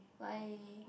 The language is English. why